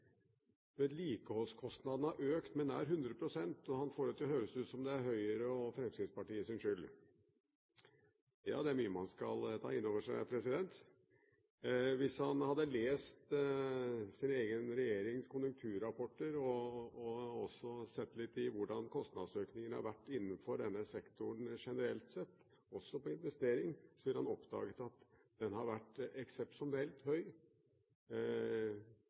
vedlikeholdskostnadene har økt med nær 100 pst., og han får det til å høres som om det er Høyre og Fremskrittspartiets skyld. Ja, det er mye man skal ta inn over seg! Hvis han hadde lest sin egen regjerings konjunkturrapporter og sett litt på hvordan kostnadsøkningen har vært innenfor denne sektoren generelt sett, også for investeringer, ville han ha oppdaget at den har vært eksepsjonelt høy,